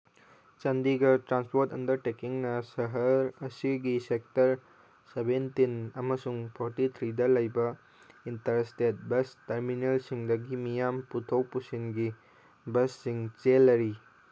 Chandigarh transport ꯑꯦꯟꯗꯔꯇꯦꯀꯤꯡꯅ ꯁꯍꯔ ꯑꯁꯤꯒꯤ ꯁꯦꯛꯇꯔ ꯁꯕꯦꯟꯇꯤꯟ ꯑꯃꯁꯨꯡ ꯐꯣꯔꯇꯤ ꯊ꯭ꯔꯤꯗ ꯂꯩꯕ ꯏꯟꯇꯔ ꯏꯁꯇꯦꯠ ꯕꯁ ꯇꯔꯃꯤꯅꯦꯜꯁꯤꯡꯗꯒꯤ ꯃꯤꯌꯥꯝ ꯄꯨꯊꯣꯛ ꯄꯨꯁꯤꯟꯒꯤ ꯕꯁꯁꯤꯡ ꯆꯦꯜꯂꯔꯤ